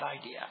idea